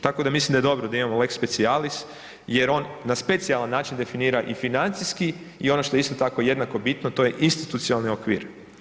Tako da mislim da je dobro da imamo lex specialis jer on na specijalan način definira i financijski i ono što je isto tako, jednako bitno, to je institucionalni okvir.